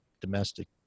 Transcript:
domestic